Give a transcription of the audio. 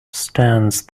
stands